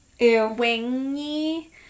Wingy